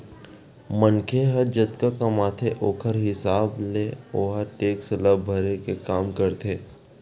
मनखे ह जतका कमाथे ओखर हिसाब ले ओहा टेक्स ल भरे के काम करथे